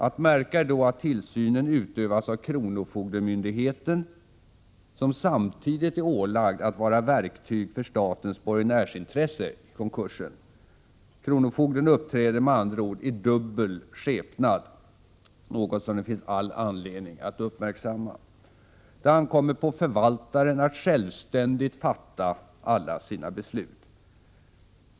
Att märka är då att tillsynen utövas av kronofogdemyndigheten, som samtidigt är ålagd att vara verktyg för statens borgenärsintresse i konkursen. Kronofogden uppträder med andra ord i dubbel skepnad, något som det finns all anledning att uppmärksamma. Det ankommer på förvaltaren att självständigt fatta alla sina beslut.